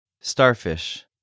starfish